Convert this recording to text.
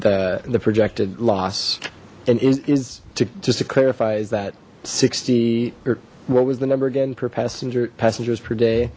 the the projected loss and is to just to clarify is that sixty or what was the number again per passenger passengers per day